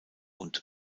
und